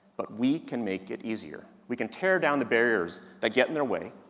but we can make it easier. we can tear down the barriers that get in their way,